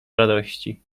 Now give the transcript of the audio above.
radości